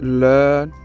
learn